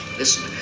Listen